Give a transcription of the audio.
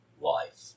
life